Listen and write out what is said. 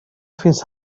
fins